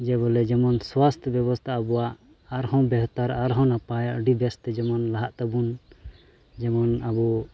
ᱡᱮ ᱵᱚᱞᱮ ᱡᱮᱢᱚᱱ ᱥᱟᱥᱛᱷᱚ ᱵᱮᱵᱚᱥᱛᱷᱟ ᱟᱵᱚᱣᱟᱜ ᱟᱨᱦᱚᱸ ᱵᱮᱹᱥ ᱫᱷᱟᱨᱟ ᱟᱨᱦᱚᱸ ᱱᱟᱯᱟᱭ ᱟᱹᱰᱤ ᱵᱮᱹᱥ ᱛᱮ ᱡᱮᱢᱚᱱ ᱞᱟᱦᱟᱜ ᱛᱟᱵᱚᱱ ᱡᱮᱢᱚᱱ ᱟᱵᱚ